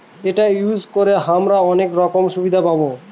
এটা ইউজ করে হামরা অনেক রকম সুবিধা পাবো